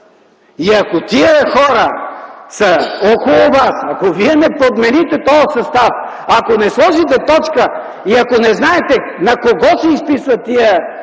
И ако тези хора са около Вас, ако Вие не подмените този състав, ако не сложите точка и ако не знаете на кого се изписват тези